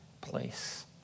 place